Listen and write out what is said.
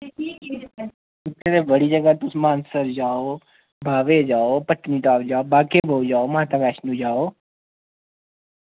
इत्थे ते बड़ी जगह् तुस मानसर जाओ बाह्वे जाओ पत्नीटाप जाओ बाग ए बहु जाओ माता वैश्णो जाओ